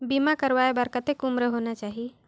बीमा करवाय बार कतेक उम्र होना चाही?